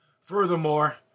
Furthermore